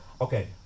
Okay